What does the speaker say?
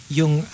yung